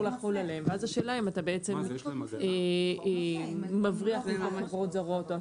לחול עליהן ואז השאלה אם אתה בעצם מבריח חברות זרות.